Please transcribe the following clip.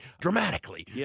dramatically